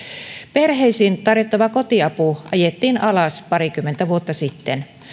perheisiin tarjottava kotiapu ajettiin alas parikymmentä vuotta sitten